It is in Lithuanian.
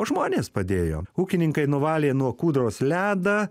o žmonės padėjo ūkininkai nuvalė nuo kūdros ledą